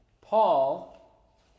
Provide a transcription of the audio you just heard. Paul